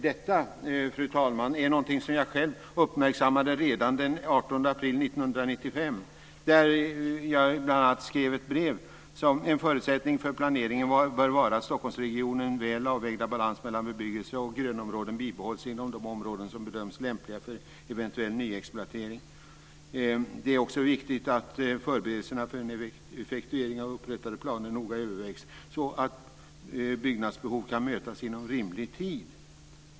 Detta är någonting som jag själv uppmärksammade redan den 18 april 1995. Jag skrev bl.a. i ett brev: "En förutsättning för planeringen bör vara att stockholmsregionens väl avvägda balans mellan bebyggelse och grönområden bibehålls inom de områden som bedöms lämpliga för eventuell nyexploatering. - det är också viktigt att förberedelserna för effektuering av de upprättade planerna noga övervägs, så att ett uppkommande byggnadsbehov kan mötas inom rimlig tid."